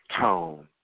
tone